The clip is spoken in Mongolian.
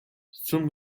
сүм